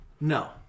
No